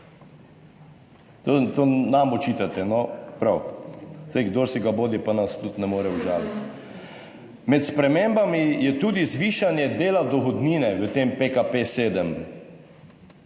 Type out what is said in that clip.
To nam očitate no, prav, saj kdor si ga bodi, pa nas tudi ne more užaliti. Med spremembami je tudi zvišanje dela dohodnine v tem PKP 7,